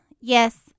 yes